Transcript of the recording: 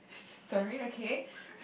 sorry okay